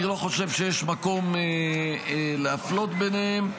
אני לא חושב שיש מקום להפלות ביניהם.